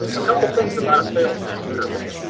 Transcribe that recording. a couple thins about a sales tax permit.